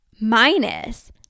minus